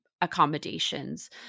accommodations